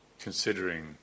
considering